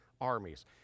armies